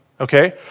okay